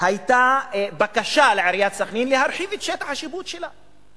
לעיריית סח'נין היתה בקשה להרחבת שטח השיפוט שלה.